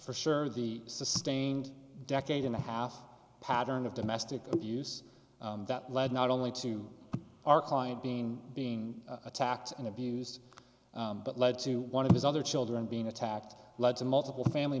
for sure the sustained decade and a half pattern of domestic abuse that led not only to our client being being attacked and abused but led to one of his other children being attacked led to multiple family